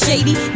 Shady